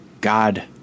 God